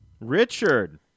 Richard